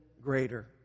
greater